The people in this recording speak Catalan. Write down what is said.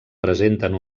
presenten